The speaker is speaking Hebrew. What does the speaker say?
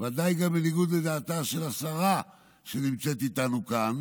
ועדיין גם בניגוד לדעתה של השרה שנמצאת איתנו כאן,